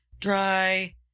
dry